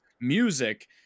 music